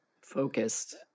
focused